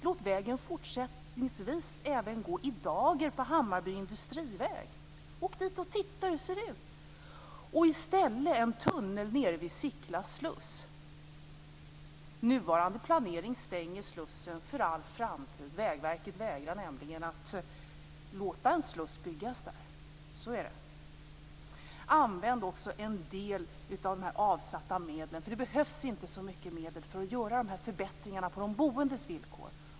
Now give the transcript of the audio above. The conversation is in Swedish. Låt vägen fortsättningsvis även gå i dager på Hammarby industriväg! Åk dit och titta hur det ser ut! I stället är det detta med en tunnel nere vid Sickla sluss. Nuvarande planering stänger slussen för all framtid. Vägverket vägrar nämligen att låta en sluss byggas där. Så är det. Använd också en del av de här avsatta medlen till annat. Det behövs inte så mycket medel för att genomföra de här förbättringarna på de boendes villkor.